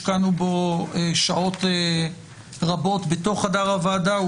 השקענו בו שעות רבות בחדר הוועדה,